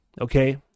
Okay